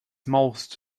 most